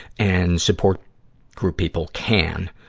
and support group people can,